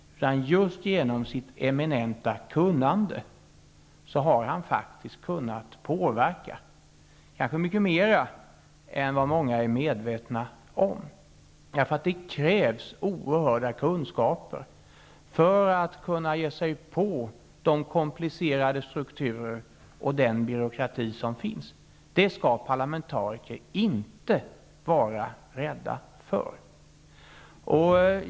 Genom sitt eminenta kunnande har han faktiskt kunnat påverka mycket mer än vad många är medvetna om. Det krävs oerhörda kunskaper för att kunna ge sig på de komplicerade strukturer och den byråkrati som finns inom försvaret. Men det skall parlamentariker inte vara rädda för.